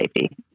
safety